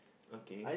okay